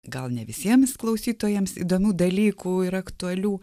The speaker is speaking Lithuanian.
gal ne visiems klausytojams įdomių dalykų ir aktualių